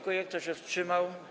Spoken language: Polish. Kto się wstrzymał?